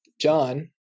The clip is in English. John